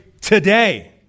today